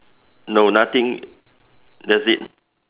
no nothing that's it